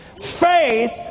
Faith